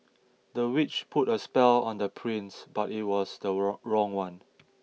the witch put a spell on the prince but it was the wrong one